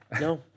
No